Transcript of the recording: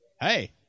Hey